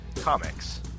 Comics